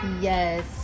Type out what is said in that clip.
Yes